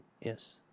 Yes